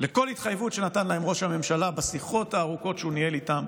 לכל התחייבות שנתן להם ראש הממשלה בשיחות הארוכות שהוא ניהל איתם